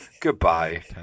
Goodbye